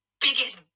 biggest